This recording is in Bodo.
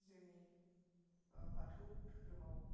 जोंनि ओ बाथौ धोरोमाव